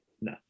No